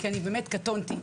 כי באמת קטונתי.